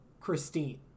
Christine